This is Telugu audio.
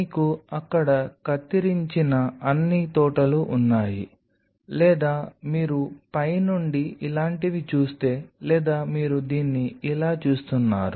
మీకు అక్కడ కత్తిరించిన అన్ని తోటలు ఉన్నాయి లేదా మీరు పై నుండి ఇలాంటివి చూస్తే లేదా మీరు దీన్ని ఇలా చూస్తున్నారు